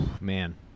Man